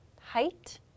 height